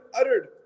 uttered